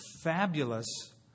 fabulous